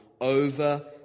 over